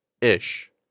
Ish